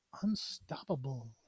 Unstoppable